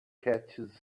catches